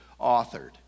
authored